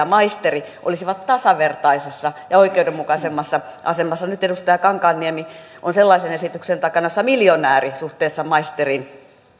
maisteri olisivat tasavertaisessa ja oikeudenmukaisemmassa asemassa nyt edustaja kankaanniemi on sellaisen esityksen takana jossa miljonääri suhteessa maisteriin